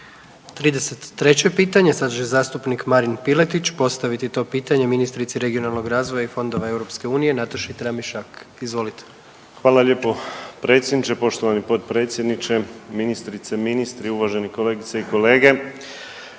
33 pitanje sad će zastupnik Marin Piletić postaviti to pitanje ministrici regionalnoga razvoja i fondova EU, Nataši Tramišak. Izvolite. **Piletić, Marin (HDZ)** Hvala lijepo predsjedniče. Poštovani potpredsjedniče, ministrice, ministri, uvažene kolegice i kolege